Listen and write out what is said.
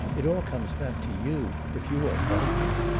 it all comes back to you, if you are frightened.